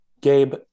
Gabe